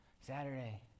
Saturday